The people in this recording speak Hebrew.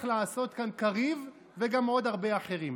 מצליח לעשות כאן קריב וגם עוד הרבה אחרים.